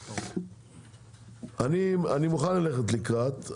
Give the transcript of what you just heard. אני מוכן ללכת לקראת,